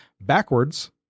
backwards